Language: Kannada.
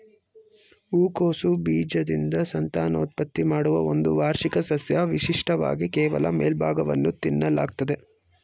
ಹೂಕೋಸು ಬೀಜದಿಂದ ಸಂತಾನೋತ್ಪತ್ತಿ ಮಾಡುವ ಒಂದು ವಾರ್ಷಿಕ ಸಸ್ಯ ವಿಶಿಷ್ಟವಾಗಿ ಕೇವಲ ಮೇಲ್ಭಾಗವನ್ನು ತಿನ್ನಲಾಗ್ತದೆ